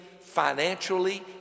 financially